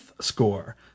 score